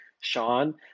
Sean